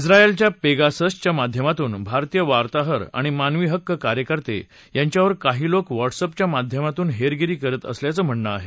झायलच्या पेगाससच्या माध्यमातून भारतीय वार्ताहर आणि मानवी हक्क कार्यकर्ते यांच्यावर काही लोक व्हाट्सअपच्या माध्यमातून हेरगिरी करत असल्याचं म्हणणं आहे